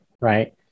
right